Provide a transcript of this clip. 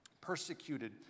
persecuted